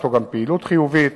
ויש לו פעילות חיובית,